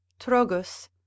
Trogus